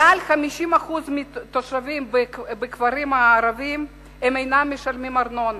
מעל 50% מהתושבים בכפרים הערביים אינם משלמים ארנונה,